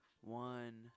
one